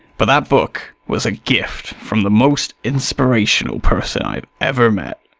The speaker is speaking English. but that book was a gift from the most inspirational person i've ever met.